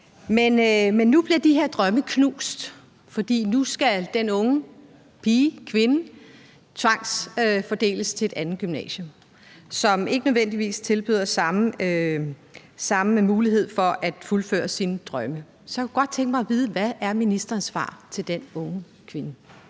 Men nu bliver de her drømme knust, for nu skal den unge kvinde tvangsfordeles til et andet gymnasium, som ikke nødvendigvis tilbyder samme mulighed for at fuldføre sine drømme. Så jeg kunne godt tænke mig at vide: Hvad er ministerens svar til den unge kvinde?